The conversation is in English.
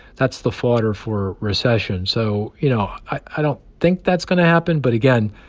that's the fodder for recession. so, you know, i don't think that's going to happen. but, again,